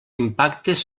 impactes